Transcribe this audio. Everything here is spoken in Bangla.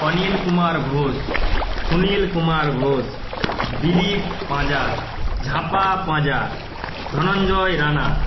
অনিল কুমার ঘোষ সুনীল কুমার ঘোষ দিলীপ পাঁজা ঝাপা পাঁজা ধনঞ্জয় রানা